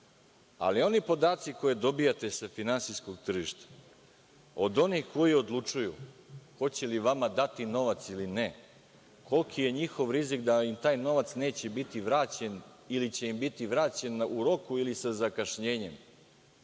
ali oni podaci koje dobijate sa finansijskog tržišta, od onih koji odlučuju hoće li vama dati novac ili ne, koliki je njihov rizik da im taj novac neće biti vraćen ili će im biti vraćen u roku ili sa zakašnjenjem,